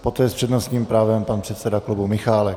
Poté s přednostním právem pan předseda klubu Michálek.